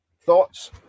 Thoughts